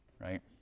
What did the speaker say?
right